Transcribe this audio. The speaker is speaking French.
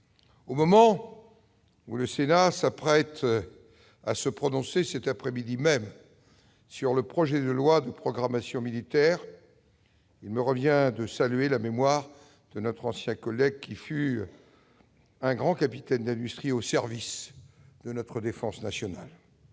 Au moment où le Sénat s'apprête à se prononcer, cet après-midi même, sur le projet de loi de programmation militaire, il me revient de saluer la mémoire de notre ancien collègue, qui fut un grand capitaine d'industrie au service de notre défense nationale.